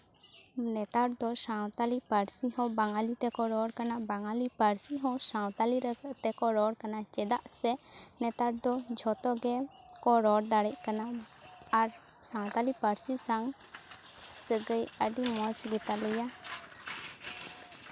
ᱱᱮᱛᱟᱨ ᱫᱚ ᱥᱟᱶᱛᱟᱞᱤ ᱯᱟᱹᱨᱥᱤ ᱦᱚᱸ ᱵᱟᱝᱜᱟᱞᱤ ᱛᱮᱠᱚ ᱨᱚᱲ ᱠᱟᱱᱟ ᱵᱟᱝᱜᱟᱞᱤ ᱯᱟᱹᱨᱥᱤ ᱦᱚᱸ ᱥᱟᱶᱛᱟᱞᱤ ᱛᱮᱠᱚ ᱨᱚᱲ ᱠᱟᱱᱟ ᱪᱮᱫᱟᱜ ᱥᱮ ᱱᱮᱛᱟᱨ ᱫᱚ ᱡᱷᱚᱛᱚ ᱜᱮ ᱠᱚ ᱨᱚᱲ ᱫᱟᱲᱮᱜ ᱠᱟᱱᱟ ᱟᱨ ᱥᱟᱶᱛᱟᱞᱤ ᱯᱟᱹᱨᱥᱤ ᱥᱟᱶ ᱥᱟᱹᱜᱟᱹᱭ ᱟᱹᱰᱤ ᱢᱚᱡᱽ ᱜᱮᱛᱟ ᱞᱮᱭᱟ